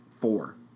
four